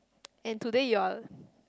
and today you're